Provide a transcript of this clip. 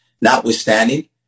Notwithstanding